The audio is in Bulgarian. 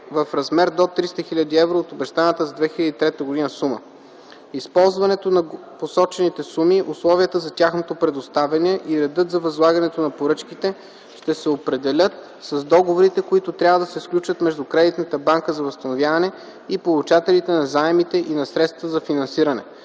в размер до 300 хил. евро от обещаната за 2003 г. сума. Използването на посочените суми, условията за тяхното предоставяне и редът за възлагането на поръчките ще се определят с договорите, които трябва да се сключат между Кредитната банка за възстановяване и получателите на заемите и на средствата за финансиране.